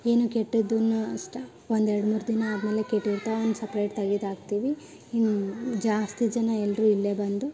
ಏನು ಕೆಟ್ಟದ್ದನ್ನು ಅಷ್ಟು ಒಂದು ಎರಡು ಮೂರು ದಿನ ಆದಮೇಲೆ ಕೆಟ್ಟಿರ್ತಾವೆ ಅದನ್ನು ಸಪ್ರೇಟ್ ತೆಗೆದಾಕ್ತೀವಿ ಇನ್ನೂ ಜಾಸ್ತಿ ಜನ ಎಲ್ಲರೂ ಇಲ್ಲಿಯೇ ಬಂದು